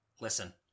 listen